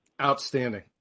Outstanding